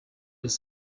dos